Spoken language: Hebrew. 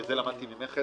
וזה למדתי ממך,